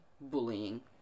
bullying